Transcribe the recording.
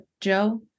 Joe